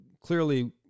clearly